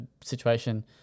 situation